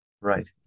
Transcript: Right